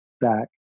back